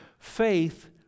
Faith